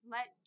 Let